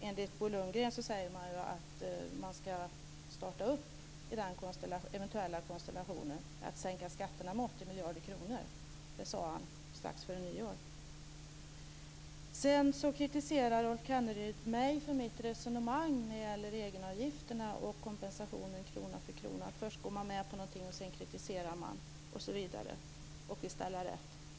Enligt Bo Lundgren ska man starta denna eventuella konstellation med att sänka skatterna med 80 miljarder kronor. Det sade han strax före nyår. Rolf Kenneryd kritiserade mig för mitt resonemang när det gäller egenavgifterna och kompensationen krona för krona och att vi först går med på något och sedan kritiserar osv. och vill ställa till rätta.